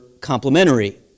complementary